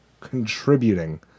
contributing